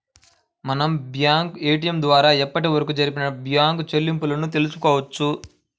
మనం bank ATM ద్వారా అప్పటివరకు జరిపిన బ్యేంకు చెల్లింపులను తెల్సుకోవచ్చు